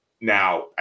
Now